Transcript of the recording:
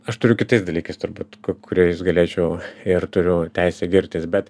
aš turiu kitais dalykais turbūt kuriais galėčiau ir turiu teisę girtis bet